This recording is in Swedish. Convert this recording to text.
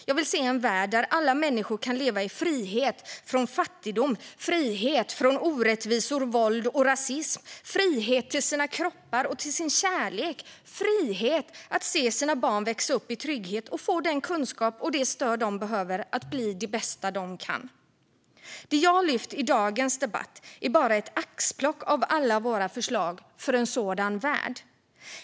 Jag vill se en värld där alla människor kan leva i frihet från fattigdom, i frihet från orättvisor, våld och rasism, i frihet till sina kroppar och till sin kärlek, att i frihet se sina barn växa upp i trygghet och få den kunskap och det stöd de behöver för att bli det bästa de kan. Det jag har lyft upp i dagens debatt är bara ett axplock av alla våra förslag för en sådan värld.